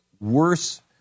worse